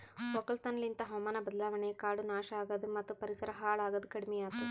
ಒಕ್ಕಲತನ ಲಿಂತ್ ಹಾವಾಮಾನ ಬದಲಾವಣೆ, ಕಾಡು ನಾಶ ಆಗದು ಮತ್ತ ಪರಿಸರ ಹಾಳ್ ಆಗದ್ ಕಡಿಮಿಯಾತು